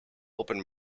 open